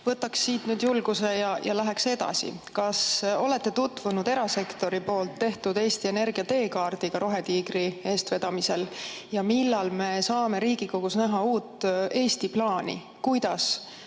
Võtaks nüüd julguse kokku ja läheks edasi. Kas te olete tutvunud erasektori tehtud Eesti Energia teekaardiga Rohetiigri eestvedamisel? Ja millal me saame Riigikogus näha uut Eesti plaani, milline